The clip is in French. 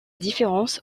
différences